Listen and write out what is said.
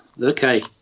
Okay